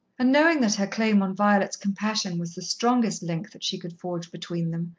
and, knowing that her claim on violet's compassion was the strongest link that she could forge between them,